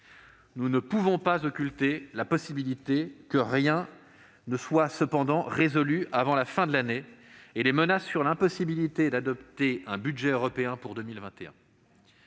nous ne pouvons écarter ni l'éventualité que rien ne soit résolu avant la fin de l'année ni les menaces sur l'impossibilité d'adopter un budget européen pour 2021.